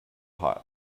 hot